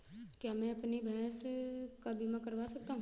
क्या मैं अपनी भैंस का बीमा करवा सकता हूँ?